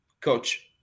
coach